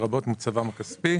לרבות מצבם הכספי.